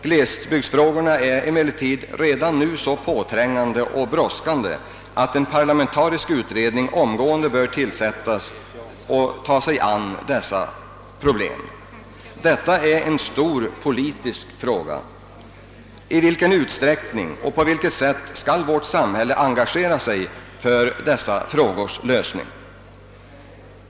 Glesbygdsfrågorna är emellertid redan nu så påträngande och brådskande att en parlamentarisk utredning omedelbart bör tillsättas och ta sig an problemen. Detta är en stor politisk fråga. I vilken utsträckning och på vad sätt skall vårt samhälle engagera sig för dessa frågors lösning?